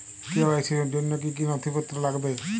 KYC র জন্য কি কি নথিপত্র লাগবে?